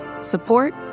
support